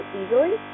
easily